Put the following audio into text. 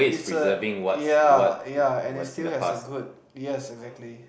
it's a yeah yeah and it still has a good yes exactly